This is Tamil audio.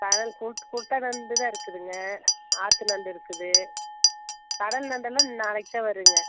சாதாரண கூட்டு குட்டை நண்டு தான் இருக்குதுங்க ஆற்று நண்டு இருக்குது கடல் நண்டெல்லாம் நாளைக்குத்தான் வரும்ங்க